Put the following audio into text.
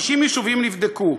50 יישובים נבדקו,